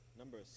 Number